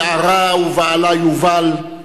יערה ובעלה יובל,